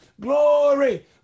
glory